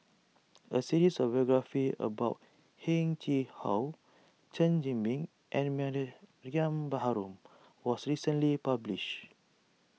a series of biographies about Heng Chee How Chen Zhiming and Mariam Baharom was recently published